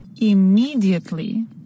immediately